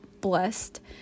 blessed